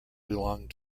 belonged